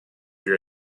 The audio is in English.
your